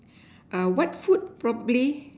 err what food probably